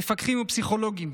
מפקחים ופסיכולוגים.